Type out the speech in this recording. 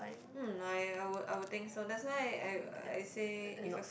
um my I would I would think so that's why I I say if I